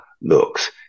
looks